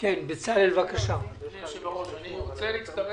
אני רוצה להצטרף